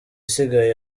isigaye